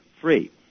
free